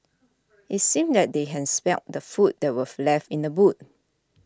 it seemed that they had smelt the food that were left in the boot